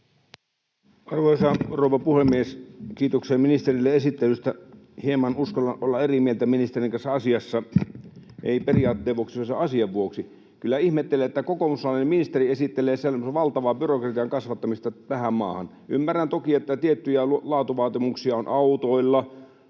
Arvoisa rouva puhemies! Kiitoksia ministerille esittelystä. Hieman uskallan olla eri mieltä ministerin kanssa asiassa, ei periaatteen vuoksi vaan asian vuoksi. Kyllä ihmettelen, että kokoomuslainen ministeri esittelee valtavaa byrokratian kasvattamista tähän maahan. Ymmärrän toki, että tiettyjä laatuvaatimuksia on autoilla,